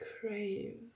crave